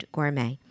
Gourmet